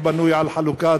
הבנוי על חלוקה,